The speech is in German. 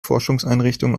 forschungseinrichtung